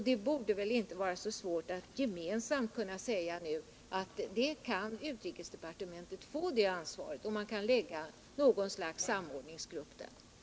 Det borde inte vara så svårt att nu gemensamt säga att utrikesdepartementet kan få det ansvaret och att något slags samordningsgrupp kan läggas där.